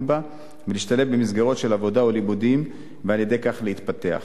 בהן ולהשתלב במסגרות של עבודה ולימודים ועל-ידי כך להתפתח.